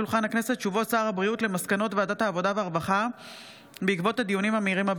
הודעות שר הבריאות על מסקנות ועדת העבודה והרווחה בעקבות דיונים מהירים,